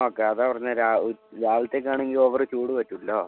okay അതാ പറഞ്ഞത് രാവിലത്തേക്കാണെങ്കിൽ ഓവറ് ചൂട് പറ്റൂല്ലല്ലോ